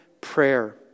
prayer